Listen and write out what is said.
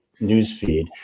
newsfeed